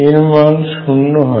এর মান শূন্য হয়